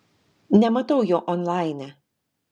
nematau jo onlaine